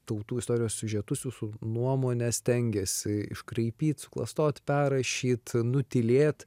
tautų istorijos siužetus jūsų nuomone stengėsi iškraipyt suklastot perrašyt nutylėt